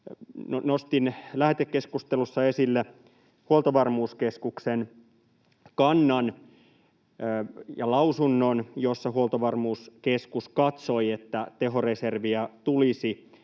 Nostin lähetekeskustelussa esille Huoltovarmuuskeskuksen kannan ja lausunnon, jossa Huoltovarmuuskeskus katsoi, että tehoreserviä tulisi